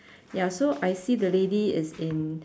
ya so I see the lady is in